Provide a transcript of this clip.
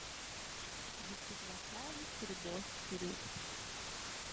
ji tik lašelį sriubos sriūbt